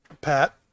Pat